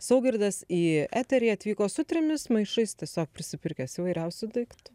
saugirdas į eterį atvyko su trimis maišais tiesiog prisipirkęs įvairiausių daiktų